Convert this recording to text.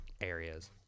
areas